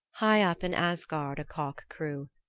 high up in asgard a cock crew,